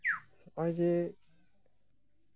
ᱱᱚᱜᱼᱚᱭ ᱡᱮ